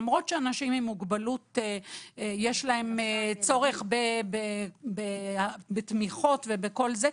למרות שלאנשים עם מוגבלות יש צורך בתמיכות ובכל זה,